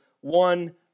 one